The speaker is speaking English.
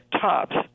tops